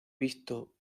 visto